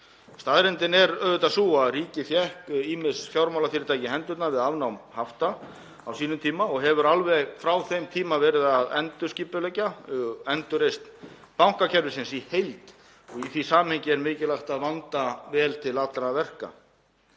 Staðreyndin er auðvitað sú að ríkið fékk ýmis fjármálafyrirtæki í hendurnar við afnám hafta á sínum tíma og hefur alveg frá þeim tíma verið að endurskipuleggja endurreisn bankakerfisins í heild og í því samhengi er mikilvægt að vanda vel til allra verka.